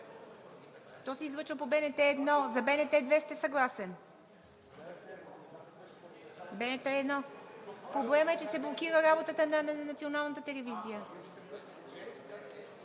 То се излъчва по БНТ 1. За БНТ 2 сте съгласен. Проблемът е, че се блокира работата на Националната телевизия.